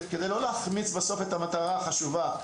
כדי לא להחמיץ בסוף את המטרה החשובה,